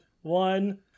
one